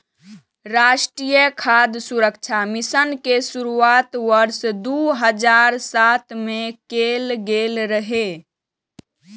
राष्ट्रीय खाद्य सुरक्षा मिशन के शुरुआत वर्ष दू हजार सात मे कैल गेल रहै